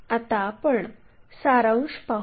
आता आपण सारांश पाहू